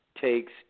takes